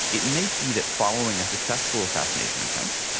it may be that following a successful assassination attempt,